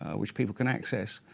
ah which people can access.